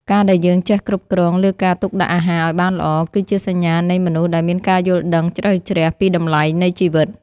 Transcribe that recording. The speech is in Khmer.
ការដែលយើងចេះគ្រប់គ្រងលើការទុកដាក់អាហារឱ្យបានល្អ គឺជាសញ្ញានៃមនុស្សដែលមានការយល់ដឹងជ្រៅជ្រះពីតម្លៃនៃជីវិត។